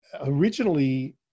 Originally